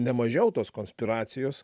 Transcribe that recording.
nemažiau tos konspiracijos